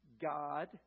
God